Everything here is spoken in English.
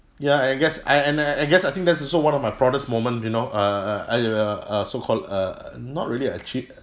ya I guess I I and I guess I think that's also one of my proudest moment you know uh uh I uh uh so called uh not really actually